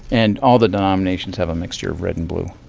and all the denominations have a mixture of red and blue